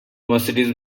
mercedes